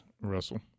Russell